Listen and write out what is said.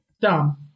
Dumb